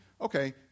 okay